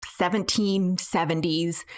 1770s